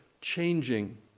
changing